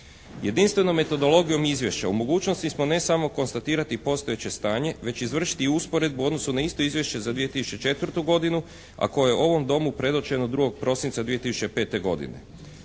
Jedinstvenom metodologijom izvješća u mogućnosti smo ne samo konstatirati postojeće stanje već izvršiti usporedbu u odnosu na isto izvješće za 2004. godinu a koje je ovom domu predočeno 2. prosinca 2005. godine.